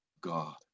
God